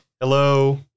Hello